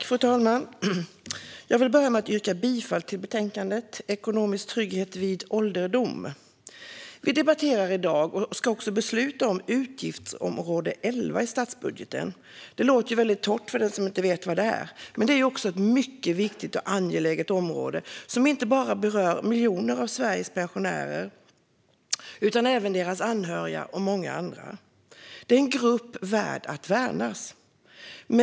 Fru talman! Jag vill börja med att yrka bifall till utskottets förslag i betänkandet om ekonomisk trygghet vid ålderdom. Vi debatterar i dag och ska besluta om utgiftsområde 11 i statsbudgeten. Det låter kanske lite torrt om man inte vet vad det är, men är ett mycket viktigt och angeläget område som berör inte bara miljoner pensionärer i Sverige utan även deras anhöriga och många andra. Det är en grupp värd att värna.